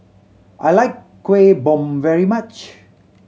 I like Kueh Bom very much